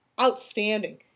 outstanding